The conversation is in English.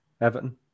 Everton